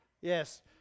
Yes